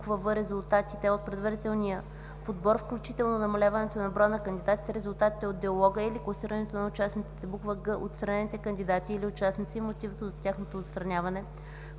в) резултатите от предварителния подбор, включително намаляването на броя на кандидатите, резултатите от диалога или класирането на участницитe; г) отстранените кандидати или участници и мотивите за тяхното отстраняване,